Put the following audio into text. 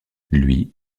lui